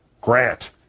Grant